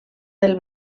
del